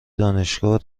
دانشگاه